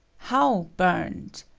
how burned?